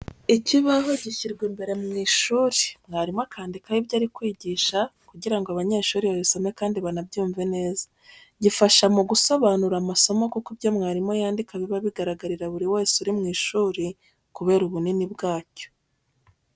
Ikibaho gishyirwa imbere mu ishuri mwarimu akandikaho ibyo ari kwigisha, kugira ngo abanyeshuri babisome kandi banabyumve neza. Gifasha mu gusobanura amasomo kuko ibyo mwarimu yandika biba bigaragarira buri wese uri mu ishuri kubera ubunini bwacyo.